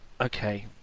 Okay